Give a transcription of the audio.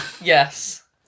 yes